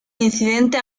incidente